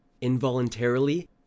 Involuntarily